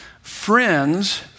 Friends